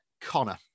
Connor